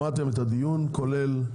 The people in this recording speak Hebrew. שמעתם את הדיון, כולל,